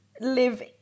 live